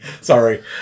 Sorry